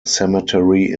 cemetery